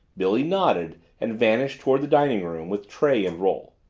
billy nodded and vanished toward the dining-room with tray and roll.